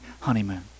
honeymoon